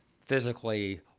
physically